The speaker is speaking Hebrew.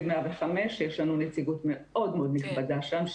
105 שיש לנו נציגות מאוד מאוד נכבדה שם.